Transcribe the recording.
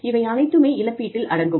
இவை அனைத்துமே இழப்பீட்டில் அடங்கும்